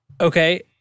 Okay